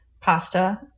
pasta